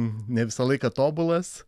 ne visą laiką tobulas